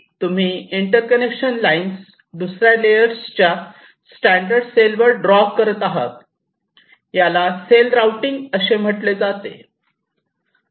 तुम्ही interconnection lines दुसऱ्या layers च्या स्टैंडर्ड सेलवर ड्रॉ करत आहात याला सेल आउटिंग म्हटले जाते